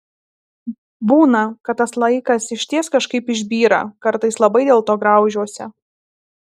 būna kad tas laikas išties kažkaip išbyra kartais labai dėlto graužiuosi